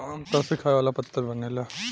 पत्ता से खाए वाला पत्तल बनेला